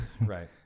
Right